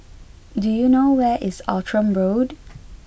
do you know where is Outram Road